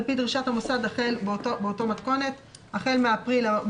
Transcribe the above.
הביטוח הלאומי כנוסחו בחוק זה על פי דרישת המוסד החל מחודש אפריל 2021,